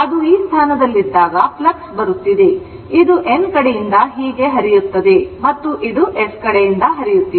ಅದು ಈ ಸ್ಥಾನದಲ್ಲಿದ್ದಾಗflux ಬರುತ್ತಿದೆ ಇದು N ಕಡೆಯಿಂದ ಹೀಗೆ ಹರಿಯುತ್ತಿದೆ ಮತ್ತು ಇದು S ಕಡೆಯಿಂದ ಹರಿಯುತ್ತಿದೆ